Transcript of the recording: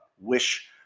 wish